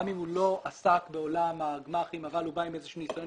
גם אם הוא לא עסק בעולם הגמ"חים אבל הוא בא עם איזשהו ניסיון